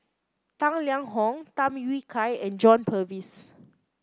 Tang Liang Hong Tham Yui Kai and John Purvis